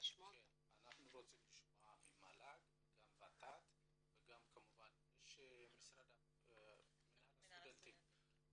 אנחנו רוצים לשמוע את המל"ג והות"ת וכמובן מינהל הסטודנטים.